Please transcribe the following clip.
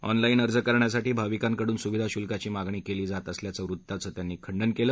online अर्ज करण्यासाठी भाविकांकडून सुविधा शुल्काची मागणी केली जात असल्याच्या वृत्ताचं त्यांनी खंडन केलं